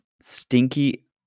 stinky